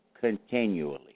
continually